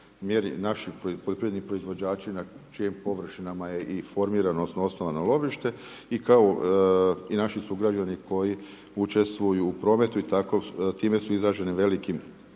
naši poljoprivredni proizvođači na čijim površinama je i formirano odnosno osnovano lovište i kao i naši sugrađani koji učestvuju u prometu i tako time su izloženi velikim